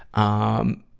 um,